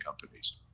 companies